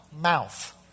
mouth